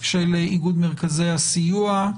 של איגוד מרכזי הסיוע.